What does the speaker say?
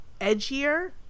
edgier